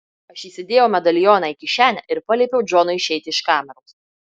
aš įsidėjau medalioną į kišenę ir paliepiau džonui išeiti iš kameros